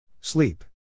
Sleep